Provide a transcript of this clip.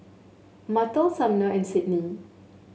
Martell Sumner and Sydney